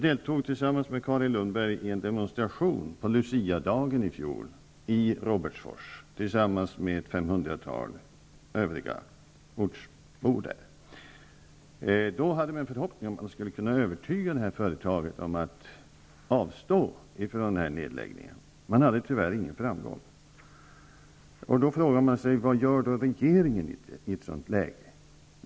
Carin Lundberg och jag deltog i en demonstration på Luciadagen i fjol i Robertsfors tillsammans med ett femhundratal ortsbor. Då hade vi en förhoppning om att kunna övertyga företagen att avstå från nedläggningen. Vi hade tyvärr ingen framgång. Då frågar man sig: Vad gör regeringen i ett sådant läge?